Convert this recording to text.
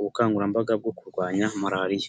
ubukangurambaga bwo kurwanya malaliya.